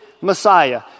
Messiah